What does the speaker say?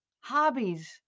hobbies